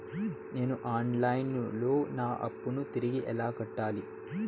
నేను online లో నా అప్పును తిరిగి ఎలా కట్టాలి?